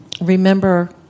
remember